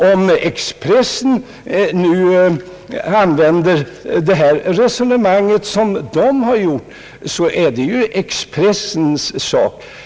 Om Expressen nu använder det resonemang som tidningen har fört, så är det ju Expressens sak.